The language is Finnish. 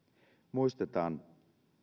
muistetaan